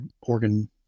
organ